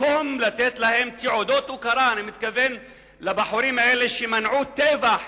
במקום לתת להם תעודות הוקרה אני מתכוון לבחורים האלה שמנעו טבח,